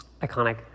Iconic